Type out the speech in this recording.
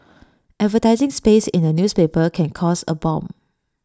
advertising space in A newspaper can cost A bomb